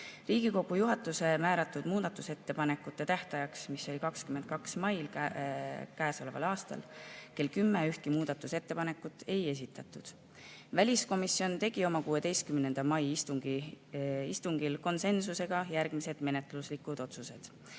Riigikogu juhatuse määratud muudatusettepanekute tähtajaks, mis oli 22. mai käesoleval aastal kell 10, ühtegi muudatusettepanekut ei esitatud. Väliskomisjon tegi oma 16. mai istungil konsensusega järgmised menetluslikud otsused.